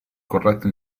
corretto